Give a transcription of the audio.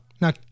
now